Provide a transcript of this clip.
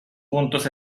puntos